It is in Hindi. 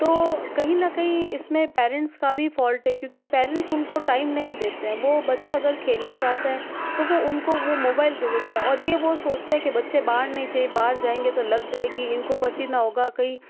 तो कही न कहीं इसमे पेरेंट्स का भी फॉल्ट है क्योंकि पेरेंट्स उनको टाइम नही देते हैं वह बच्चे अगर खेलना चाहते हैं तो वह उनको वह मोबाइल दे देते हैं और यह वह सोचते है कि बच्चे बाहर नहीं जाए बाहर जाएंगे तो लग जाएगी इनको पसीना होगा कहीं